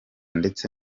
ndetse